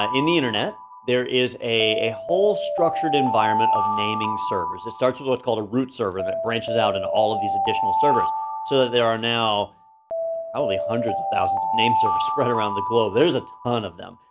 ah in the internet. there is a whole structured environment of naming servers. it starts with what's called a root server that branches out into all of these additional servers so there are now um probably hundreds of thousands of name servers spread around the globe, there is ton of them.